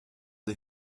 des